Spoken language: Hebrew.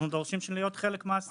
אנחנו דורשים להיות חלק מהסיפור הזה.